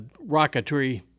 rocketry